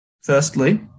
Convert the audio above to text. firstly